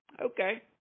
Okay